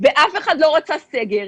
ואף אחד לא רצה סגר,